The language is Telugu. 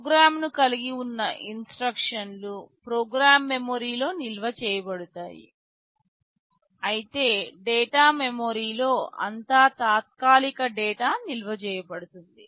ప్రోగ్రామ్ను కలిగి ఉన్న ఇన్స్ట్రక్షన్ లు ప్రోగ్రామ్ మెమరీలో నిల్వ చేయబడతాయి అయితే డేటా మెమరీలో అంతా తాత్కాలిక డేటా నిల్వ చేయబడుతుంది